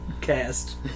cast